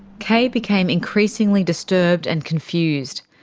kay became increasingly disturbed and confused,